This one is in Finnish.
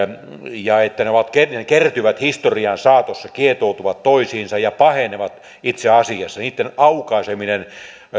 ja ne kertyvät historian saatossa kietoutuvat toisiinsa ja pahenevat itse asiassa niitten aukaiseminen